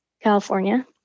California